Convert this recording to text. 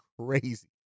crazy